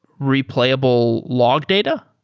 replayable log data?